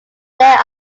there